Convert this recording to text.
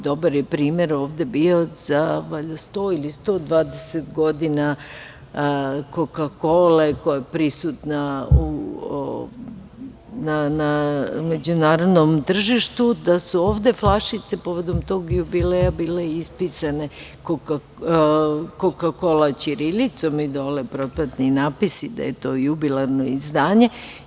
Dobar primer ovde je bio valjda za 100 ili 120 godina „Koka-kole“ koja je prisutna na međunarodnom tržištu, flašice su povodom tog jubileja bile ispisane ćirilicom i dole propratni natpisi, da je to jubilarno izdanje.